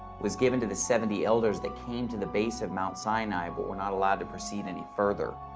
was given to the seventy elders that came to the base of mount sinai but were not allowed to proceed any further.